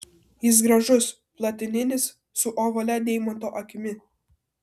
jis gražus platininis su ovalia deimanto akimi